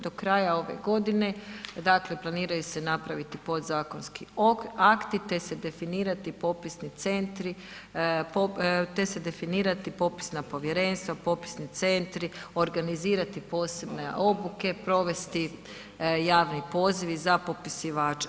Do kraja ove godine, dakle, planiraju se napraviti podzakonski akti te se definirati popisni centri te se definirati popisna povjerenstva, popisni centri, organizirati posebne obuke, provesti javni poziv za popisivače.